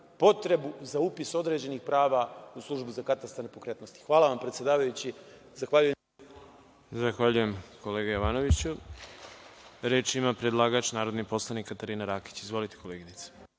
potrebu za upis određenih prava u službi za Katastar nepokretnosti. Hvala. **Đorđe Milićević** Zahvaljujem kolega Jovanoviću. Reč ima predlagač, narodni poslanik Katarina Rakić. Izvolite. **Katarina